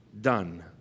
done